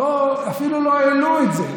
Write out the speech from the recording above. לא, אפילו לא העלו את זה.